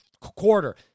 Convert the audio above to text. quarter